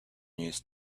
news